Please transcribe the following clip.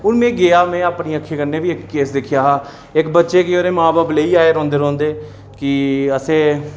हून मी गेआ मी अपनी अक्खीं कन्नै बी इक केस दिक्खेआ हा इक बच्चे गी ओह्दे मां बाप लेई आए रौंदे रौंदे कि असें